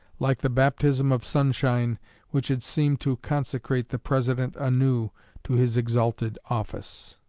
like the baptism of sunshine which had seemed to consecrate the president anew to his exalted office.